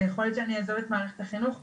ויכול להיות שאני אעזוב את מערכת החינוך.